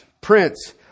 Prince